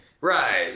Right